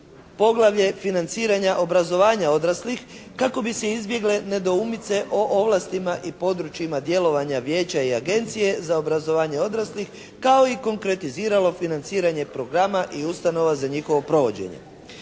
poglavlje financiranja obrazovanja odraslih kako bi se izbjegle nedoumice o ovlastima i područjima djelovanja vijeća i agencije za obrazovanje odraslih kao i konkretiziralo financiranje programa i ustanova za njihovo provođenje.